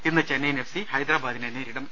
ഇന്ന് Chennaiyin F C ഹൈദരബാദിനെ നേരിടും